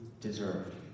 deserved